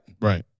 Right